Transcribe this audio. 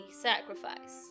sacrifice